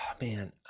man